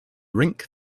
rink